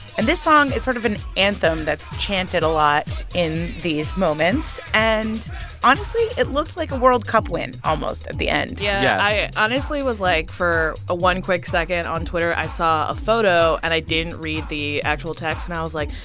and this song is sort of an anthem that's chanted a lot in these moments. and honestly, it looked like a world cup win almost at the end yeah yes i honestly was, like for a one quick second on twitter, i saw a photo, and i didn't read the actual text. and i was, like,